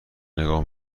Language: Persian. نگاه